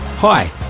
Hi